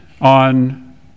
on